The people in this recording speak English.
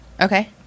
Okay